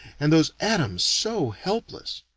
and those atoms so helpless.